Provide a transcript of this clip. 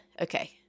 Okay